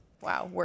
Wow